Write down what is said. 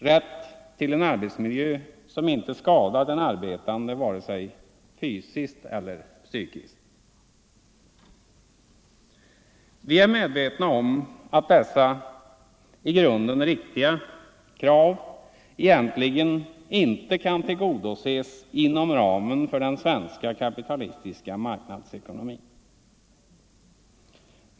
Rätt till en arbetsmiljö som inte skadar den arbetande vare sig fysiskt eller psykiskt. Vi är medvetna om att dessa, i grunden riktiga, krav egentligen inte kan tillgodoses inom ramen för den svenska kapitalistiska marknadsekonomin.